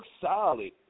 solid